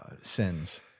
sins